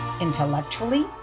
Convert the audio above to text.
intellectually